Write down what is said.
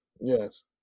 yes